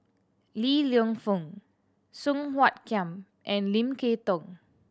Li Lienfung Song Kiam and Lim Kay Tong